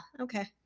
okay